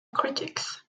critics